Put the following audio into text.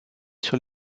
sur